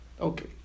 Okay